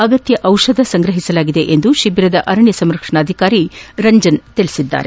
ಅಗತ್ಯ ಜಿಷಧಗಳನ್ನು ಸಂಗ್ರಹಿಸಲಾಗಿದೆ ಎಂದು ಶಿಬಿರದ ಅರಣ್ಯ ಸಂರಕ್ಷಣಾಧಿಕಾರಿ ರಂಜನ್ ತಿಳಿಸಿದ್ದಾರೆ